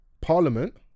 parliament